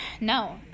No